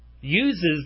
uses